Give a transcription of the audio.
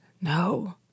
no